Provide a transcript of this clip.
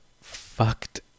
fucked